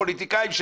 הפוליטיקאים,